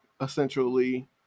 essentially